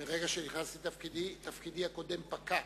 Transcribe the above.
מרגע שנכנסתי לתפקידי, תפקידי הקודם פקע,